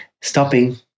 stopping